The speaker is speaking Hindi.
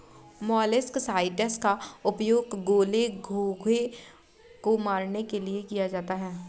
मोलस्कसाइड्स का उपयोग गोले, घोंघे को मारने के लिए किया जाता है